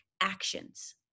actions